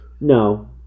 No